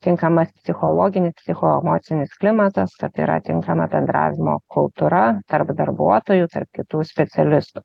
tinkamas psichologinis psichoemocinis klimatas kad tai yra tinkama bendravimo kultūra tarp darbuotojų tarp kitų specialistų